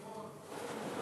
פירון.